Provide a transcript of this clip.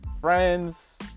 friends